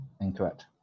Incorrect